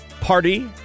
party